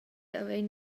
havein